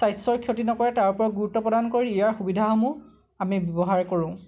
স্বাস্থ্যৰ ক্ষতি নকৰে তাৰ ওপৰত গুৰুত্ব প্ৰদান কৰি ইয়াৰ সুবিধাসমূহ আমি ব্যৱহাৰ কৰোঁ